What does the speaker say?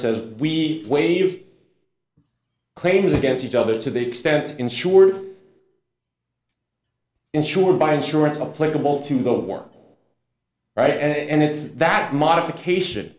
says we waive claims against each other to the extent insured insured by insurance a pleasurable to go to work right and it's that modification